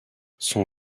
son